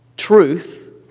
truth